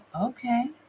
okay